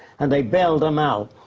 and they bailed them out.